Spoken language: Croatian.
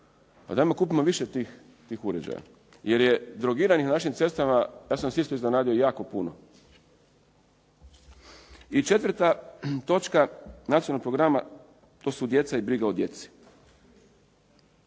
Dajmo kupimo više tih uređaja jer je drogiranih na našim cestama ja sam se isto iznenadio jako puno. I četvrta točka nacionalnog programa to su djeca i briga o djeci.